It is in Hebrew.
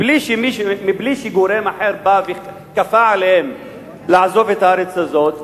בלי שגורם אחר כפה עליהם לעזוב את הארץ הזאת.